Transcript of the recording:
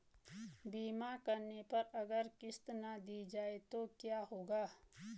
बीमा करने पर अगर किश्त ना दी जाये तो क्या होगा?